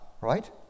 right